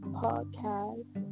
podcast